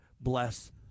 bless